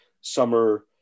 summer